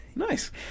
nice